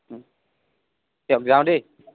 দিয়ক যাওঁ দেই